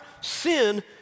sin